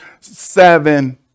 seven